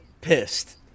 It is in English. pissed